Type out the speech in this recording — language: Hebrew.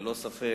ללא ספק,